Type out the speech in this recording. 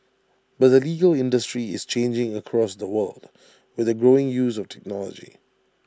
but the legal industry is changing across the world with the growing use of technology